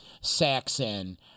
saxon